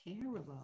Terrible